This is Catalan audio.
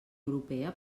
europea